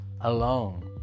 alone